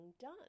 done